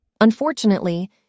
Unfortunately